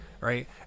Right